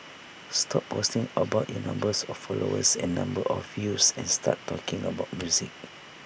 stop posting about IT number of followers and number of views and start talking about music